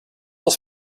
else